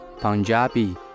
Punjabi